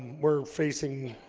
we're facing